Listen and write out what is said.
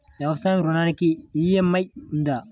వ్యవసాయ ఋణానికి ఈ.ఎం.ఐ ఉందా?